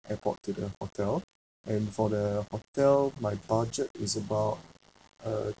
airport to the hotel and for the hotel my budget is about uh